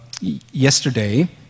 yesterday